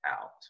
out